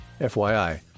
FYI